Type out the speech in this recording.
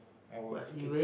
I was skipped